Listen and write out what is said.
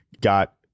got